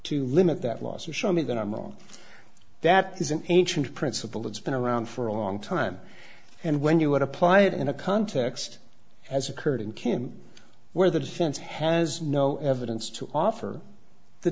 to limit that loss or show me that i'm wrong that is an ancient principle that's been around for a long time and when you would apply it in a context as occurred in kim where the defense has no evidence to offer the